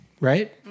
Right